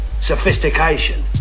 sophistication